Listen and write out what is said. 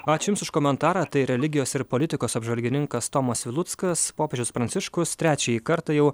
ačiū jums už komentarą tai religijos ir politikos apžvalgininkas tomas viluckas popiežius pranciškus trečiąjį kartą jau